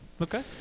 Okay